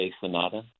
Sonata